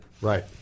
Right